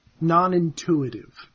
non-intuitive